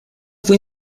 fue